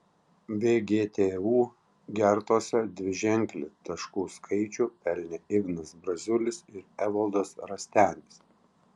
vgtu gertose dviženklį taškų skaičių pelnė ignas braziulis ir evaldas rastenis